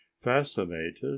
Fascinated